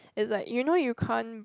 is like you know you can't